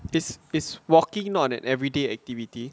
this is walking not an everyday activity